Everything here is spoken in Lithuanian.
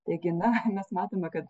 taigi na mes matome kad